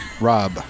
Rob